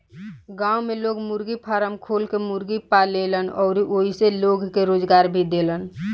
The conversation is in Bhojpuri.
गांव में लोग मुर्गी फारम खोल के मुर्गी पालेलन अउरी ओइसे लोग के रोजगार भी देलन